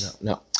no